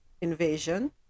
invasion